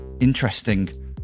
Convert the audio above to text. Interesting